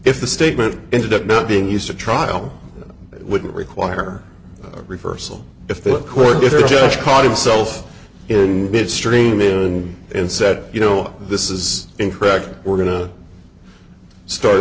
if the statement ended up not being used to trial wouldn't require a reversal if the court is just caught itself in midstream in and said you know this is incorrect we're going to start